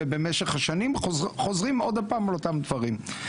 ובמשך השנים חוזרים עוד הפעם על אותם דברים.